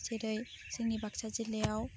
जेरै जोंनि बाक्सा जिल्लायाव